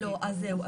לא, אז זהו.